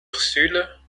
ursule